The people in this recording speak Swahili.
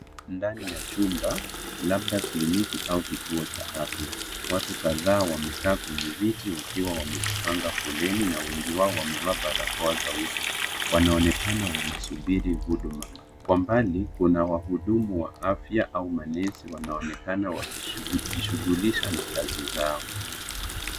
Ndani ya chumba, labda kliniki au kituo cha afya. Watu kadhaa wamekaa kwenye viti wakiwa wamepanga foleni na wengi wamevaa barakoa za uso .Wanaoenekana wanasubiri huduma. Kwa mbali kuna wahudumu wa afya au walezi wanaonekana wakijishughulisha na kazi zao.